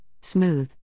Smooth